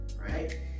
right